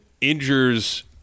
injures